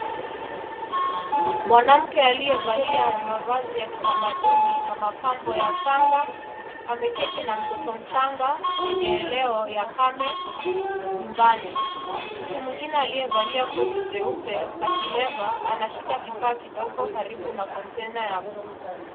Mwanamke aliyevalia mavazi ya kitamaduni na mapambo ya shanga, ameketi na mtoto mchanga kwenye eneo la kame nyumbani. Mtu mwengine aliyevalia koti jeupe na kilemba, anashika kifaa kidogo karibu na kontena ya buluu.